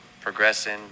progressing